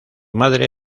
madre